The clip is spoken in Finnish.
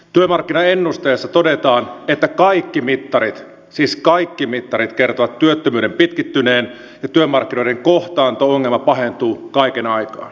työmarkkinaennusteessa todetaan että kaikki mittarit siis kaikki mittarit kertovat työttömyyden pitkittyneen ja työmarkkinoiden kohtaanto ongelma pahentuu kaiken aikaa